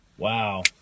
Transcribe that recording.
Wow